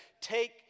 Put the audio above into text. take